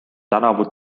tänavu